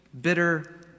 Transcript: bitter